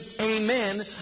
amen